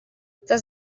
tas